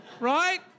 Right